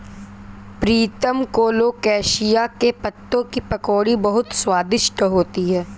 प्रीतम colocasia के पत्तों की पकौड़ी बहुत स्वादिष्ट होती है